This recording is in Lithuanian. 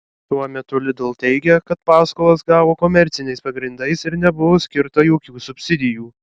tuo metu lidl teigia kad paskolas gavo komerciniais pagrindais ir nebuvo skirta jokių subsidijų